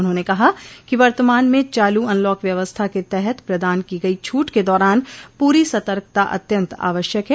उन्होंने कहा कि वर्तमान में चालू अनलॉक व्यवस्था के तहत प्रदान की गई छूट के दौरान पूरी सतर्कता अत्यन्त आवश्यक है